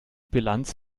bilanz